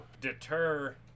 deter